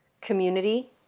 community